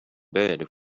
bed